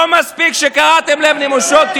לא מספיק שקראתם להם נמושות?